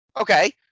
okay